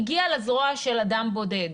הגיע לזרוע של אדם בודד,